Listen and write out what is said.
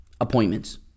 appointments